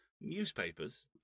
newspapers